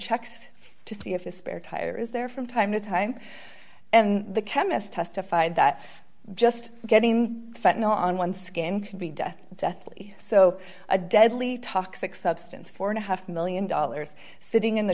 checks to see if a spare tire is there from time to time and the chemist testified that just getting fat now on one skin can be death deathly so a deadly toxic substance four and a half one million dollars sitting in the